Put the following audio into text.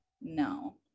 no